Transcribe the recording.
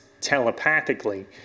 telepathically